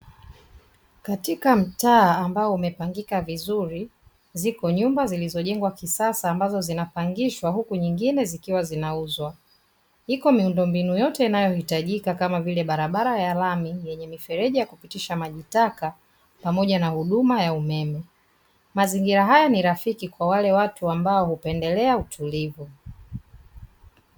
Katika mtaa ambao umepangika vizuri, ziko nyumba zilizojengwa kisasa ambazo zinaangishwa huku nyingine zikiwa zinauzwa. Iko miundombinu yote inayohitajika kama vile barabara ya rami yenye mifereji ya kupitisha maji taka pamoja na huduma ya umeme, mazingira haya ni rafiki kwa wale watu ambao hupendelea utulivu.